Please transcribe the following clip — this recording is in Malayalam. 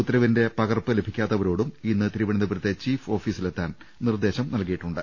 ഉത്തരവിന്റെ പകർപ്പ് ലഭിക്കാത്തവരോടും ഇന്ന് തിരുവനന്തപുരത്തെ ചീഫ് ഓഫീസിലെത്താൻ നിർദ്ദേശം നൽകിയിട്ടു ണ്ട്